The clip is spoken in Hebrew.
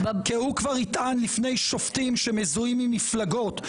כי הוא כבר יטען לפני שופטים שמזוהים עם מפלגות,